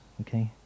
Okay